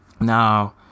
Now